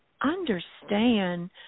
understand